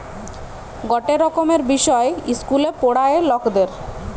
গটে রকমের বিষয় ইস্কুলে পোড়ায়ে লকদের